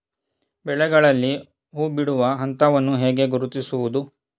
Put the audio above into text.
ಬೆಳೆಗಳಲ್ಲಿ ಹೂಬಿಡುವ ಹಂತವನ್ನು ಹೇಗೆ ಗುರುತಿಸುವುದು?